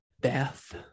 death